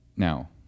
Now